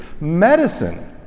Medicine